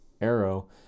arrow